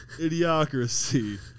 idiocracy